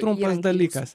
trumpas dalykas